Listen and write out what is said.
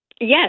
Yes